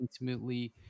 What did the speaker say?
intimately